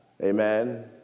Amen